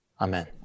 amen